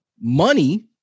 money